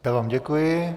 Já vám děkuji.